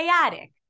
chaotic